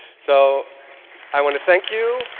so i want to thank you.